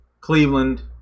Cleveland